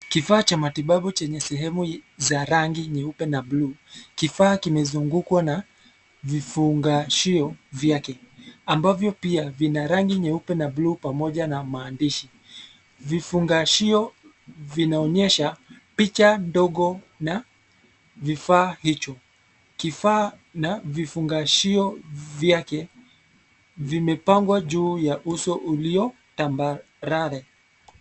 Kifaa cha matibabu chenye sehemu za rangi nyeupe na buluu. Kifaa kimezungukwa na vifungashio vyake, ambavyo pia vina rangi nyeupe na buluu pamoja na maandishi. Vifungashio vinaonyesha picha ndogo na vifaa hicho. Kifaa na vifungashio vyake vimepangwa juu ya uso ulio tambarare.